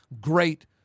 great